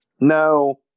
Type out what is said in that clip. no